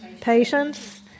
patience